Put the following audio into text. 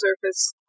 surface